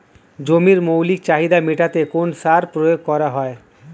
জমির মৌলিক চাহিদা মেটাতে কোন সার প্রয়োগ করা হয়?